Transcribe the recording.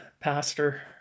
pastor